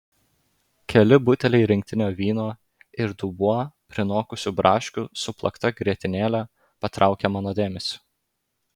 keli buteliai rinktinio vyno ir dubuo prinokusių braškių su plakta grietinėle patraukia mano dėmesį